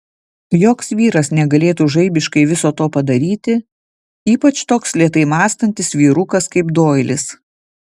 joks vyras negalėtų žaibiškai viso to padaryti ypač toks lėtai mąstantis vyrukas kaip doilis